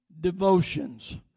devotions